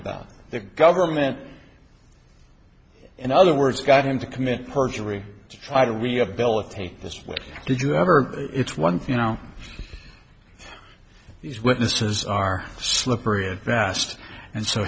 about the government in other words got him to commit perjury to try to rehabilitate this way did you ever it's one thing now these witnesses are slippery and vast and so